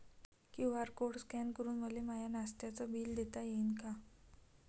QR code scan करून मले माय नास्त्याच बिल देता येईन का?